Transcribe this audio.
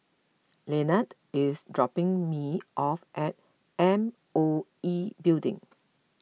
Lynette is dropping me off at M O E Building